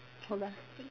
hold on